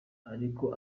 ariko